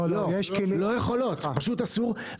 לא יכולות, פשוט אסור.